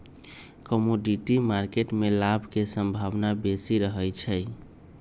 commodity market में लाभ के संभावना बेशी रहइ छै